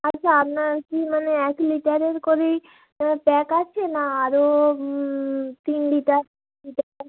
আচ্ছা আপনার কি মানে এক লিটারের করেই প্যাক আছে না আরও তিন লিটার লিটার